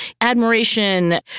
admiration